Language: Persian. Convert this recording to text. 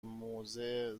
موضع